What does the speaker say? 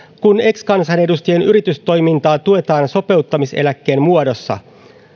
kun ex kansanedustajien yritystoimintaa tuetaan sopeutumiseläkkeen muodossa